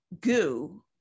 Goo